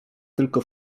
tylko